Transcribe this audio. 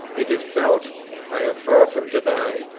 it is felt i am far from denying,